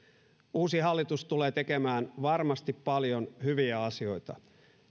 uusi hallitus tulee tekemään varmasti paljon hyviä asioita